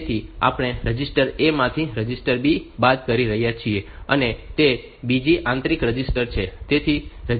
તેથી આપણે register A માંથી રજિસ્ટર B બાદ કરી રહ્યા છીએ અને તે બીજું આંતરિક રજિસ્ટર છે